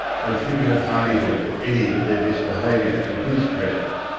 and few had hardihood for any but their best behaviour in his presence.